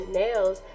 nails